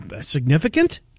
significant